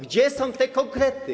Gdzie są te konkrety?